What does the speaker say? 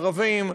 ערבים.